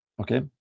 okay